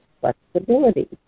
flexibility